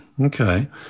Okay